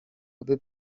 aby